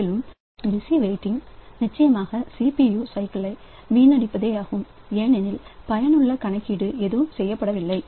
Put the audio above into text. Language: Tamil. மேலும் பிஸியாக வெயிட்டிங் நிச்சயமாக CPU சைக்கிள் வீணடிப்பதாகும் ஏனெனில் பயனுள்ள கணக்கீடு எதுவும் செய்யப்படவில்லை